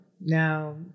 now